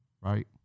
right